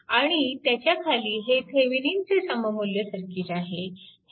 आणि त्याच्या खाली हे थेविनिनचे सममुल्य सर्किट आहे